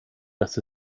dass